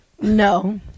No